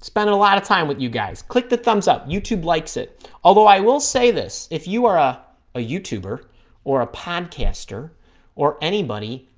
spending a lot of time with you guys click the thumbs up youtube likes it although i will say this if you are ah a youtuber or a podcaster or anybody